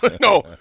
No